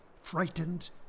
frightened